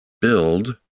build